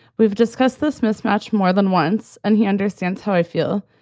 we've discussed this mismatch more than once, and he understands how i feel.